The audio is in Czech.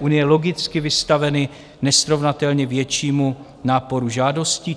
unie logicky vystaveny nesrovnatelně většímu náporu žádostí.